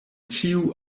ĉiu